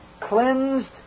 cleansed